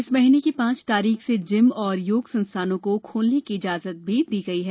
इस महीने की पांच तारीख से जिम और योग संस्थानों को खोलने की इजाजत भी दी गई है